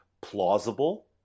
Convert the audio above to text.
plausible